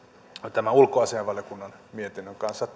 tämän ulkoasiainvaliokunnan mietinnön kanssa